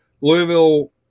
Louisville –